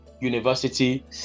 university